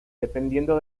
dependiendo